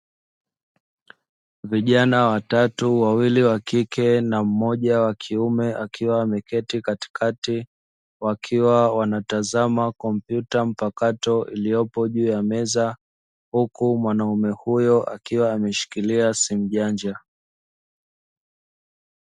Vijana watatu wawili wakike na mmoja wa kiume akiwa ameketi katikati wakiwa wanatazama kompyuta mpakato iliyopojuu ya meza, huku mwanaume huyo akiwa ameshikilia simu janja.